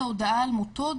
צהריים טובים ותודה על ההזמנה.